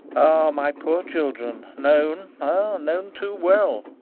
ah! my poor children, known, ah, known too well,